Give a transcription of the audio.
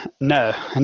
No